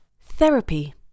Therapy